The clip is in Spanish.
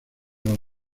los